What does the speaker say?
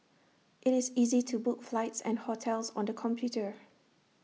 IT is easy to book flights and hotels on the computer